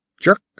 jerk